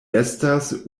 estas